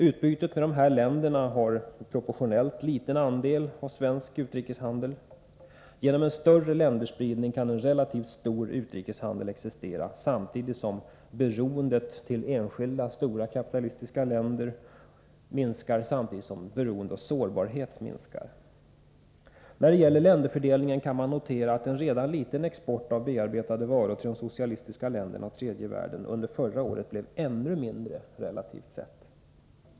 Utbytet med dessa länder har proportionellt en liten andel av svensk utrikeshandel. Genom en större länderspridning kan en relativt stor utrikeshandel existera samtidigt som beroendet av enskilda stora kapitalistiska länder minskar. Därmed minskar också vår sårbarhet. När det gäller länderfördelningen kan man notera att en redan liten export av bearbetade varor till de socialistiska länderna och tredje världen förra året blev ännu mindre relativt sett.